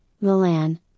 Milan